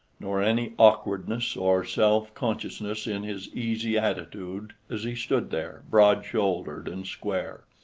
nor any awkwardness or self-consciousness in his easy attitude as he stood there, broad-shouldered and square,